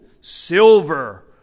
silver